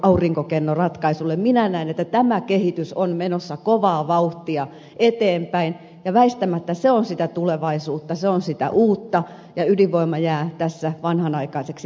minä näen että tämä kehitys on menossa kovaa vauhtia eteenpäin ja väistämättä se on sitä tulevaisuutta se on sitä uutta ja ydinvoima jää tässä vanhanaikaiseksi ratkaisuksi